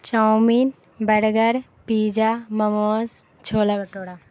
chowmein burger pizza momos chola bhatura